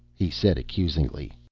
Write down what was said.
he said accusingly.